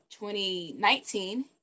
2019